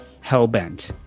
hell-bent